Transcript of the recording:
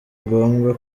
ngombwa